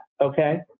okay